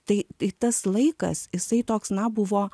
tai tas laikas jisai toks na buvo